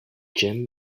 jim